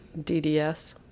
DDS